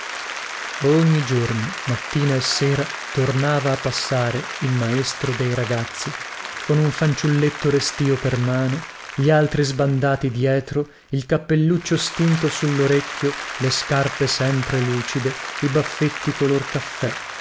ogni giorno mattina e sera tornava a passare il maestro dei ragazzi con un fanciulletto restío per mano gli altri sbandati dietro il cappelluccio stinto sullorecchio le scarpe sempre lucide i baffetti color caffè